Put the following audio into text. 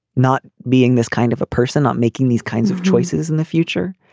not being this kind of a person not making these kinds of choices in the future.